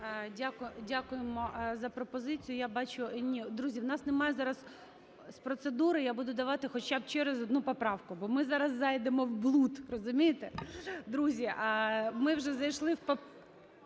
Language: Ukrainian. Дякуємо за пропозицію. Я бачу… Ні, друзі, в нас немає зараз. З процедури я буду давати хоча б через одну поправку, бо ми зараз зайдемо в блуд, розумієте. Друзі, ми вже зайшли… Не